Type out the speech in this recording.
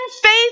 faith